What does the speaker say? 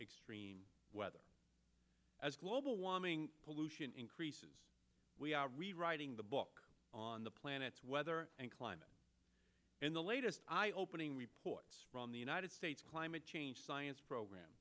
extreme weather as global warming pollution increases we are rewriting the book on the planet's weather and climate in the latest eyeopening reports from the united states climate change science program